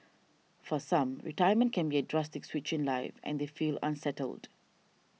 for some retirement can be a drastic switch in life and they feel unsettled